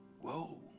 whoa